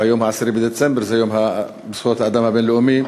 והיום, 10 בדצמבר, זה יום זכויות האדם הבין-לאומי.